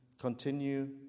continue